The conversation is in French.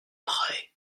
prêt